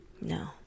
No